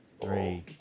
Three